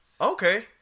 Okay